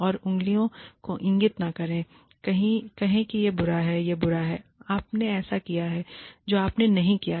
और उंगलियों को इंगित न करें और कहें कि यह बुरा है यह बुरा है आपने ऐसा किया है जो आपने नहीं किया है